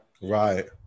Right